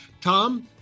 Tom